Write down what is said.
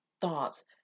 thoughts